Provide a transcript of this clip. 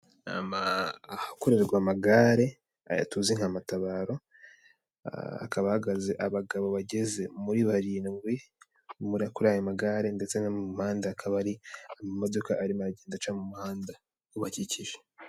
Ahakorerwa amagare aya tuze nka matabaro akaba hahagaze abagabo bageze muri barindwi, bari kuri ayo magare ndetse no mu muhanda akaba ari amamodoka arimo agenda aca mu muhanda ubakikije.